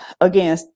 again